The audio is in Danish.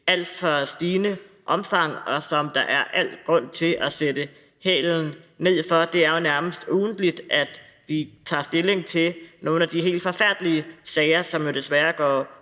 alt for stigende omfang, og som der er al grund til at sætte hælene i over for. Det er jo nærmest ugentligt, at vi tager stilling til nogle af de helt forfærdelige sager, som jo desværre især